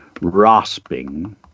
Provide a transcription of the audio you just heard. rasping